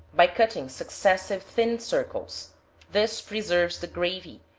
by cutting successive thin circles this preserves the gravy,